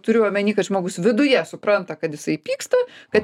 turiu omeny kad žmogus viduje supranta kad jisai pyksta kad